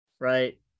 right